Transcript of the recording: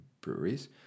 breweries